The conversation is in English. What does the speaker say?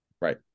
Right